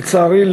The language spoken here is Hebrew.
לצערי,